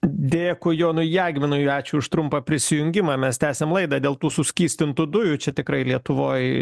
dėkui jonui jagminui ačiū už trumpą prisijungimą mes tęsiam laidą dėl tų suskystintų dujų čia tikrai lietuvoj